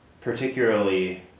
particularly